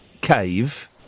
cave